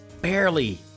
barely